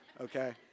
okay